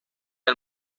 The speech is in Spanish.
del